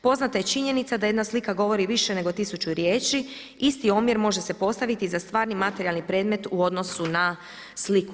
Poznata je činjenica da jedna slika govori više nego 1000 riječi, isti omjer može se postaviti za stvarni materijalni predmet u odnosu na sliku.